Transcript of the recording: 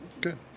good